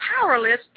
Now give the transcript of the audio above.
powerless